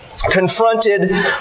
Confronted